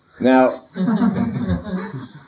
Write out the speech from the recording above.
Now